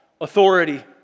authority